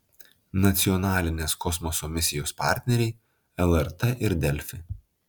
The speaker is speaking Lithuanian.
nacionalinės kosmoso misijos partneriai lrt ir delfi